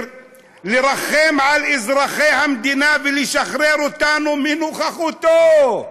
לרחם על אזרחי המדינה ולשחרר אותנו מנוכחותו.